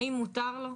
האם מותר לו?